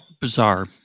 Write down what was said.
bizarre